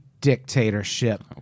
dictatorship